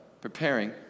preparing